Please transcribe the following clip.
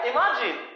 Imagine